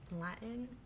Latin